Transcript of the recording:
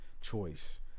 choice